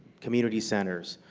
community centers.